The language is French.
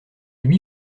lui